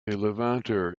levanter